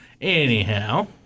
Anyhow